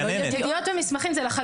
יש כאן בלבול.